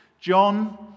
John